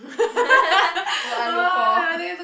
what I look for